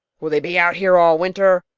will they be out here all winter?